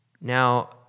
Now